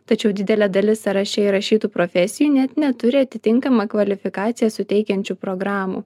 tačiau didelė dalis sąraše įrašytų profesijų net neturi atitinkamą kvalifikaciją suteikiančių programų